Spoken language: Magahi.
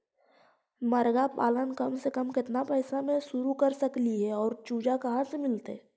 मरगा पालन कम से कम केतना पैसा में शुरू कर सकली हे और चुजा कहा से मिलतै?